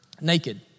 naked